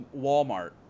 Walmart